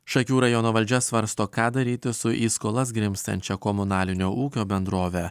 šakių rajono valdžia svarsto ką daryti su į skolas grimztančia komunalinio ūkio bendrove